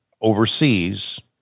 overseas